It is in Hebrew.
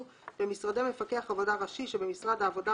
במשרדי מפקח עבודה ראשי שבמשרד העבודה,